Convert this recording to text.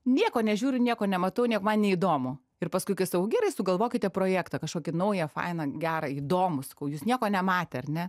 nieko nežiūriu nieko nematau nieko man neįdomu ir paskui kai sakau gerai sugalvokite projektą kažkokį naują fainą gerą įdomų sakau jūs nieko nematę ar ne